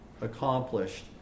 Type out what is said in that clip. accomplished